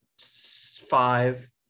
five